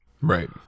Right